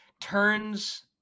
turns